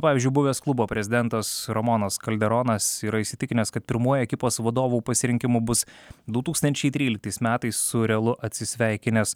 pavyzdžiui buvęs klubo prezidentas ramonas kalderonas yra įsitikinęs kad pirmuoju ekipos vadovų pasirinkimu bus du tūkstančiai tryliktais metais su realu atsisveikinęs